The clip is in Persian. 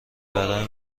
برای